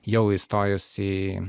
jau įstojus į